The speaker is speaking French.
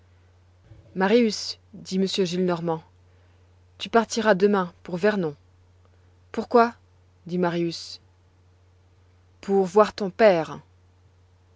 marius dit m gillenormand tu partiras demain pour vernon pourquoi dit marius pour voir ton père